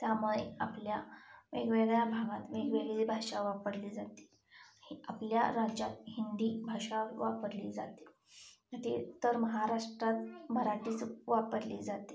त्यामुळे आपल्या वेगवेगळ्या भागात वेगवेगळी भाषा वापरली जाते आपल्या राज्यात हिंदी भाषा वापरली जाते ती तर महाराष्ट्रात मराठीच वापरली जाते